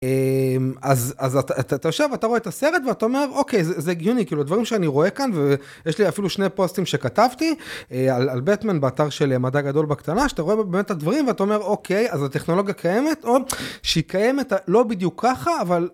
אז אתה יושב אתה רואה את הסרט ואתה אומר אוקיי זה הגיוני כאילו דברים שאני רואה כאן ויש לי אפילו שני פוסטים שכתבתי על באטמן באתר של מדע גדול בקטנה שאתה רואה באמת את הדברים ואתה אומר אוקיי אז הטכנולוגיה קיימת או שהיא קיימת לא בדיוק ככה אבל.